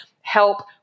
help